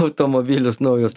automobilius naujus